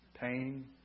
Pain